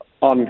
on